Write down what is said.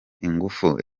ingufu